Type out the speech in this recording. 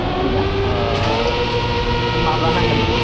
फाइबजि ना माब्ला नांगोन बेबा